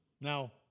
Now